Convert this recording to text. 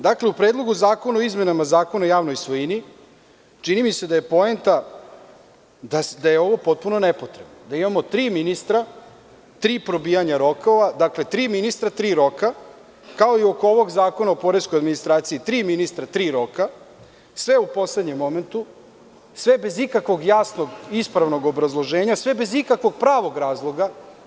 Dakle, u Predlogu zakona o izmenama Zakona o javnoj svojini, čini mi se da je poenta da je ovo potpuno nepotrebno da imamo tri ministra, tri probijanja rokova, dakle, tri ministra, tri roka, kao i oko ovog Zakona o poreskoj administraciji tri ministra, tri roka, sve u poslednjem momentu, sve bez ikakvog jasnog ispravnog obrazloženja, sve bez ikakvog pravog razloga.